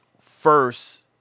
first